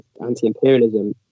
anti-imperialism